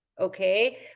Okay